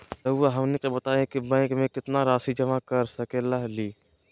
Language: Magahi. रहुआ हमनी के बताएं कि बैंक में कितना रासि जमा कर सके ली?